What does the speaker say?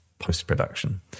post-production